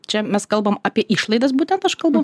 čia mes kalbam apie išlaidas būtent aš kalbu